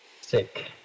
sick